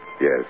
Yes